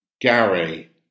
Gary